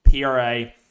PRA